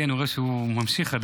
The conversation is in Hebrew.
אבל אני רואה שלי הוא עדיין ממשיך.